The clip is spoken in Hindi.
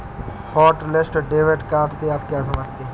हॉटलिस्ट डेबिट कार्ड से आप क्या समझते हैं?